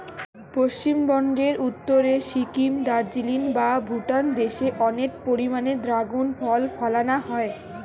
পশ্চিমবঙ্গের উত্তরে সিকিম, দার্জিলিং বা ভুটান দেশে অনেক পরিমাণে দ্রাগন ফল ফলানা হয়